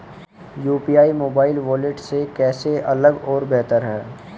UPI mobile wallet से कैसे अलग और बेहतर है?